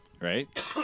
right